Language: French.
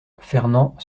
fernand